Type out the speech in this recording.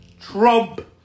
Trump